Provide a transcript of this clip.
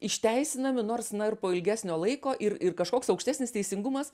išteisinami nors na ir po ilgesnio laiko ir ir kažkoks aukštesnis teisingumas